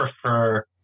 prefer